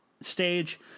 stage